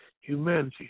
humanity